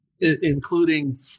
including